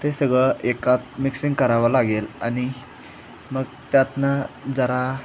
ते सगळं एकात मिक्सिंग करावं लागेल आणि मग त्यातून जरा